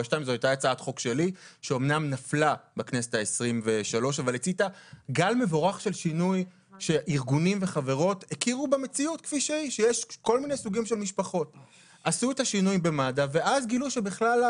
ו"הורה 2". זאת הייתה הצעת חוק שלי שאמנם נפלה בכנסת ה-23,